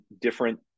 different